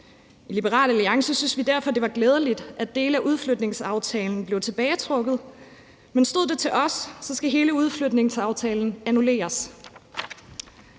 I Liberal Alliance synes vi derfor, det var glædeligt, at dele af udflytningsaftalen blevet tilbagetrukket, men stod det til os, skulle hele udflytningsaftalen annulleres.